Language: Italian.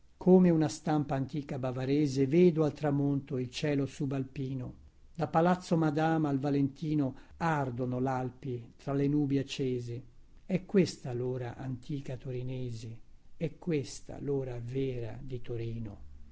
come una stampa antica bavarese vedo al tramonto il cielo subalpino da palazzo madama al valentino ardono lalpi tra le nubi accese è questa lora antica torinese è questa lora vera di torino